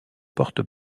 porte